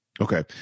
Okay